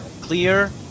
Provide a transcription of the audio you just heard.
clear